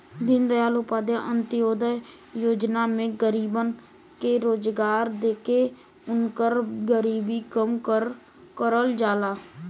दीनदयाल उपाध्याय अंत्योदय योजना में गरीबन के रोजगार देके उनकर गरीबी कम करल जाला